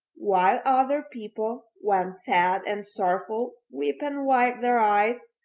while other people, when sad and sorrowful, weep and wipe their eyes,